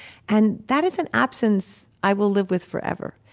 and that is an absence i will live with forever.